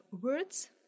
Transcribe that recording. words